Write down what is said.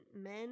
men